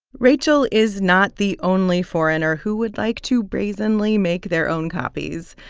rachel is not the only foreigner who would like to brazenly make their own copies.